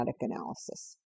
analysis